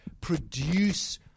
produce